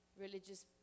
religious